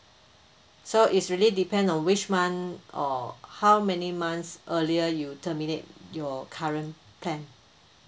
so it's really depend on which month or how many months earlier you terminate your current plan